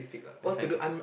scientific